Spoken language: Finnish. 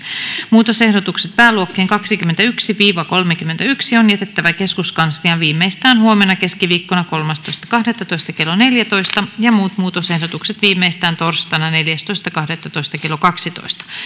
muutosehdotukset pääluokkiin kaksikymmentäyksi viiva kolmekymmentäyksi on jätettävä keskuskansliaan viimeistään huomenna keskiviikkona kolmastoista kahdettatoista kaksituhattaseitsemäntoista kello neljätoista ja muut muutosehdotukset viimeistään torstaina neljästoista kahdettatoista kaksituhattaseitsemäntoista kello kaksitoista